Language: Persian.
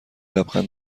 لبخند